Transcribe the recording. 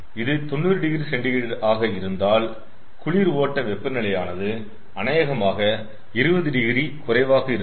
இது 90oC ஆக இருந்தால் குளிர் ஓட்ட வெப்பநிலையானது அனேகமாக 20 டிகிரி குறைவாக இருக்கும்